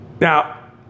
Now